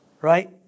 right